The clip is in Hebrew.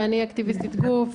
אני אקטיביסטית גוף,